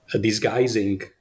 disguising